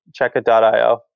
checkit.io